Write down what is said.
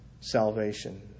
salvation